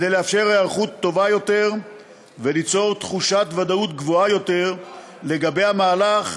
כדי לאפשר היערכות טובה יותר וליצור תחושת ודאות גבוהה יותר לגבי המהלך,